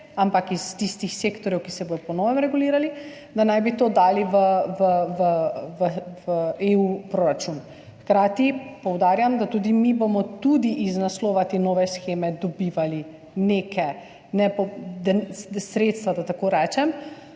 ampak iz tistih sektorjev, ki se bodo po novem regulirali, da naj bi to dali v proračun EU. Hkrati poudarjam, da bomo tudi mi iz naslova te nove sheme dobivali neka sredstva, da tako rečem,